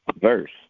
verse